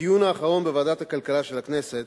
בדיון האחרון בוועדת הכלכלה של הכנסת